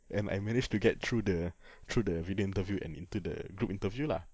and I managed to get through the through the video interview and into the group interview lah